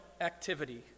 activity